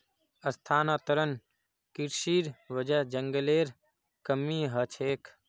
स्थानांतरण कृशिर वजह जंगलेर कमी ह छेक